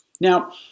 Now